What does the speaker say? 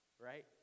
right